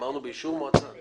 אמרנו שזה באישור המועצה.